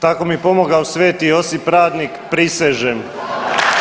Tako mi pomogao Sveti Josip Radnik prisežem!